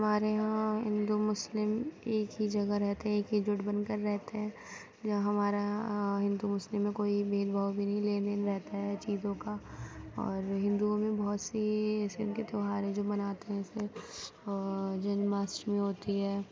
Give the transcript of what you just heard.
ہمارے یہاں ہندو مسلم ایک ہی جگہ رہتے ہیں ایک ہی گڑھ بن کر رہتے ہیں جو ہمارے یہاں ہندو مسلم میں کوئی بھید بھاؤ بھی نہیں لین دین رہتا ہے چیزوں کا اور ہندوؤں میں بہت سی ایسے ان کے تیوہار ہیں جو مناتے ہیں ایسے اور جنماشٹمی ہوتی ہے